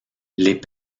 les